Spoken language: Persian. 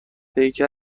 پیکر